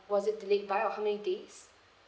was it delayed by or how many days